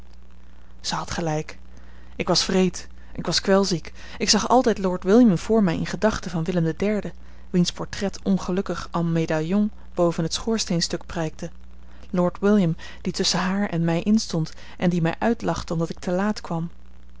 zij had gelijk ik was wreed ik was kwelziek ik zag altijd lord william voor mij in de gedaante van willem iii wiens portret ongelukkig en médaillon boven het schoorsteenstuk prijkte lord william die tusschen haar en mij in stond en die mij uitlachte omdat ik te laat kwam